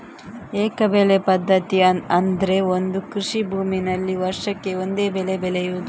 ಏಕ ಬೆಳೆ ಪದ್ಧತಿ ಅಂದ್ರೆ ಒಂದು ಕೃಷಿ ಭೂಮಿನಲ್ಲಿ ವರ್ಷಕ್ಕೆ ಒಂದೇ ಬೆಳೆ ಬೆಳೆಯುದು